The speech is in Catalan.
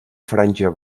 franja